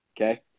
okay